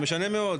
זה משנה מאוד.